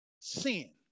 sin